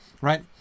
Right